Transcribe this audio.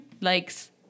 likes